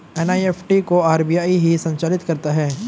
NEFT को RBI ही संचालित करता है